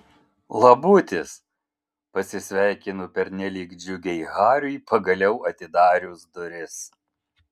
labutis pasisveikinu pernelyg džiugiai hariui pagaliau atidarius duris